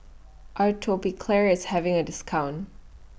Atopiclair IS having A discount